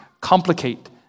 complicate